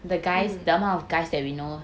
mm